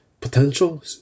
potential